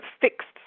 fixed